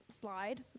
slide